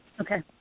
okay